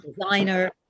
designer